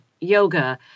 yoga